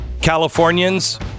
Californians